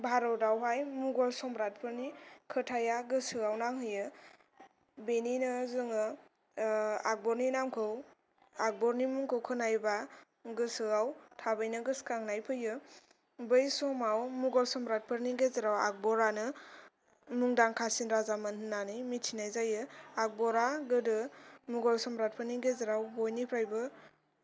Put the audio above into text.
भारतावहाय मुगल सम्राटफोरनि खोथाया गोसोआव नांहोयो बेनिनो जोङो ओ आकबरनि नामखौ आकबरनि मुंखौ खोनायोबा गोसोआव थाबैनो गोसोखांनाय फैयो बै समाव मुगल सम्राटफोरनि गेजेराव आकबरानो मुंदांखासिन राजामोन होननानै मिथिनाय जायो आकबरा गोदो मुगल सम्राटफोरनि गेजेराव बयनिफ्रायबो